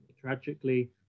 tragically